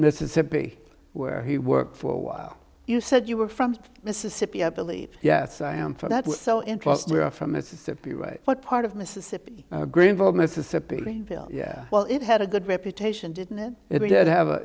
mississippi where he worked for a while you said you were from mississippi i believe yes i am for that so enclosed from mississippi right what part of mississippi greenville mississippi yeah well it had a good reputation didn't it it did have a